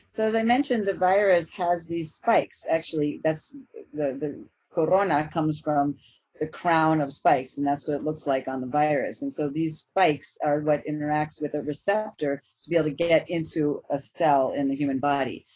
so as i mentioned, the virus has these spikes actually. that's the the corona comes from the crown of spikes, and that's but it looks like on the virus, and so these spikes are what interacts with a receptor to be able to get into a cell in the human body.